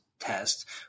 test